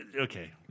Okay